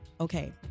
Okay